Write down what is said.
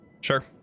Sure